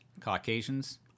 Caucasians